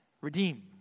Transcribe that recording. redeem